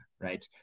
right